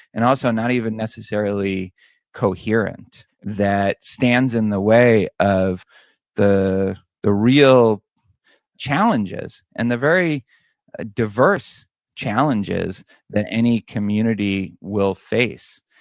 and also not even necessarily coherent that stands in the way of the the real challenges. and the very ah diverse challenges that any community will face,